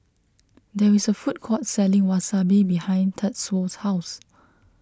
there is a food court selling Wasabi behind Tatsuo's house